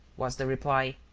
was the reply.